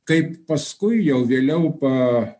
kaip paskui jau vėliau pa